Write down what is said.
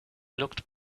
looked